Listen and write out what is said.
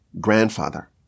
grandfather